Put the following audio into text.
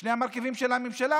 שני המרכיבים של הממשלה,